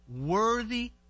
worthy